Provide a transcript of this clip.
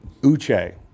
Uche